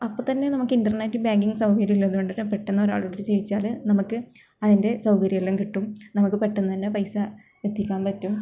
അപ്പം തന്നെ നമുക്ക് ഇൻ്റർനെറ്റ് ബാങ്കിങ്ങ് സൗകര്യം ഉള്ളത് കൊണ്ടിട്ട് പെട്ടെന്ന് ഒരാളോട് ചോദിച്ചാൽ നമുക്ക് അതിൻ്റെ സൗകര്യവും എല്ലാം കിട്ടും നമുക്ക് പെട്ടെന്ന് തന്നെ പൈസ എത്തിക്കാൻ പറ്റും